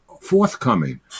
forthcoming